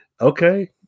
okay